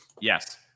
Yes